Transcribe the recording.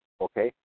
okay